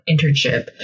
internship